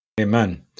Amen